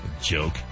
Joke